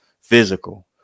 Physical